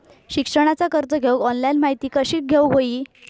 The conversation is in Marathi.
शिक्षणाचा कर्ज घेऊक ऑनलाइन माहिती कशी घेऊक हवी?